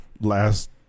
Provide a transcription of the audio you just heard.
last